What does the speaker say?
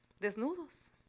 Desnudos